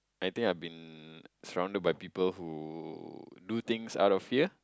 I think I've been thrown by people who do things out of fear